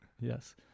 Yes